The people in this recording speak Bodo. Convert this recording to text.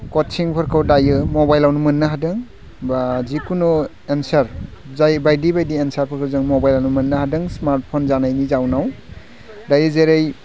कचिंफोरखौ दायो मबाइलआवनो मोननो हादों बा जिखुनु एन्सार जाय बायदि बायदि एन्सारफोरखौ जों मबाइलआव नुनो मोननो हादों स्मार्टफन जानायनि जाउनाव दायो जेरै